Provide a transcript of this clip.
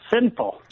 sinful